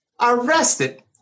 Arrested